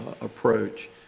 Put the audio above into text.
approach